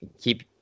keep